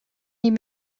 niet